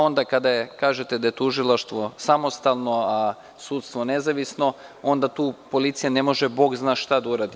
Onda kada kažete da je tužilaštvo samostalno, sudstvo nezavisno, onda tu policija ne može Bog zna šta da uradi.